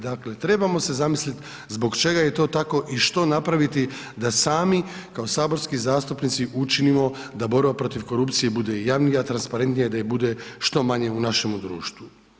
Dakle, trebamo se zamisliti zbog čega je to tako, i što napraviti da sami kao saborski zastupnici učinimo da borba protiv korupcije, bude javnija, transparentnija i da ju bude što manje u našemu društvu.